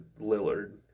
Lillard